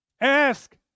Ask